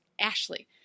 Ashley